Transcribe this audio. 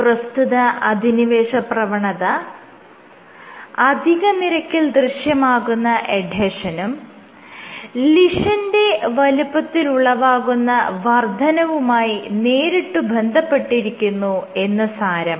പ്രസ്തുത അധിനിവേശ പ്രവണത അധിക നിരക്കിൽ ദൃശ്യമാകുന്ന എഡ്ഹെഷനും ലീഷന്റെ വലുപ്പത്തിൽ ഉളവാകുന്ന വർദ്ധനവുമായി നേരിട്ട് ബന്ധപ്പെട്ടിരിക്കുന്നു എന്ന് സാരം